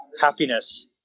happiness